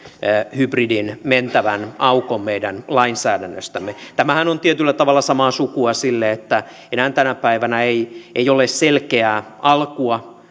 hybridin mentävän aukon meidän lainsäädännöstämme tämähän on tietyllä tavalla samaa sukua sille että enää tänä päivänä ei ei ole välttämättä selkeää alkua